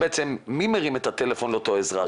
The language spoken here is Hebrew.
כשבעצם מי מרים את הטלפון לאותו אזרח?